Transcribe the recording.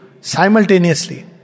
simultaneously